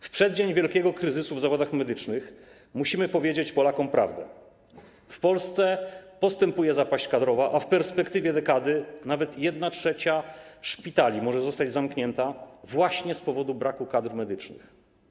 W przeddzień wielkiego kryzysu w zawodach medycznych musimy powiedzieć Polakom prawdę: w Polsce postępuje zapaść kadrowa, a w perspektywie dekady nawet 1/3 szpitali może zostać zamknięta właśnie z powodu braku kadr medycznych.